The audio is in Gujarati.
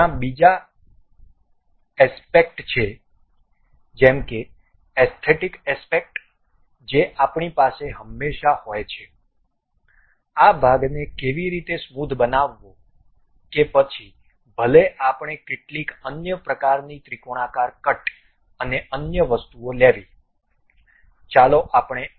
ત્યાં બીજા એસ્પેક્ટ છે જેમકે એસ્થેટીક એસ્પેક્ટ જે આપણી પાસે હંમેશા હોય છે આ ભાગને કેવી રીતે સ્મૂથ બનાવવો કે પછી ભલે આપણે કેટલીક અન્ય પ્રકારની ત્રિકોણાકાર કટ અને અન્ય વસ્તુઓ લેવી